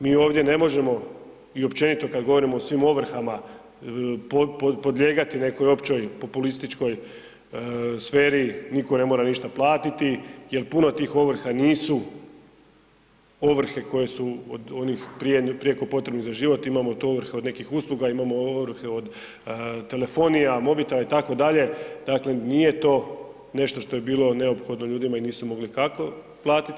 Mi ovdje ne možemo i općenito kada govorimo o svim ovrhama podlijegati nekoj općoj populističkoj sferi nitko ne mora ništa platiti jer puno tih ovrha nisu ovrhe koje su od onih prijeko potrebnih za život, imamo tu ovrhe od nekih usluga, imamo ovrhe od telefonija, mobitela, itd., dakle nije to nešto što je bilo neophodno ljudima i nisu mogli kako platiti.